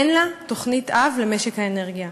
אין לה תוכנית-אב למשק האנרגיה.